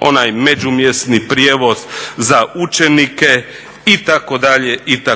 onaj međumjesni prijevoz za učenike itd. itd.